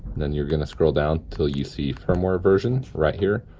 then you're gonna scroll down till you see firmware version, right here.